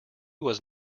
was